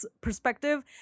perspective